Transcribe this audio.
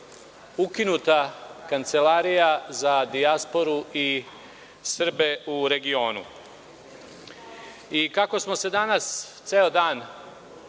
ukinuta Kancelarija za dijasporu i Srbe i regionu. Kako smo se danas ceo dan